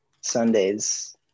sundays